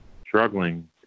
struggling